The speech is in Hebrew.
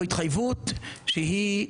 זוהי התחייבות שמבטאת,